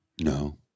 No